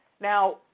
Now